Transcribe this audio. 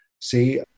see